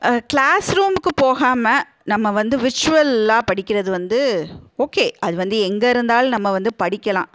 class ரூமுக்கு போகாமல் நம்ம வந்து விர்ச்சுவலாக படிக்கிறது வந்து ஓகே அது வந்து எங்கே இருந்தாலும் நம்ம வந்து படிக்கலாம்